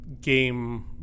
game